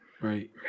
Right